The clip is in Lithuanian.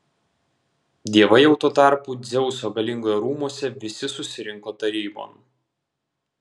dievai jau tuo tarpu dzeuso galingojo rūmuose visi susirinko tarybon